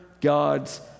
God's